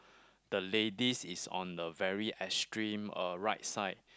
the ladies is on the very extreme uh right side